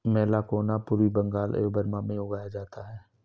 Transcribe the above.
मैलाकोना पूर्वी बंगाल एवं बर्मा में उगाया जाता है